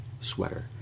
sweater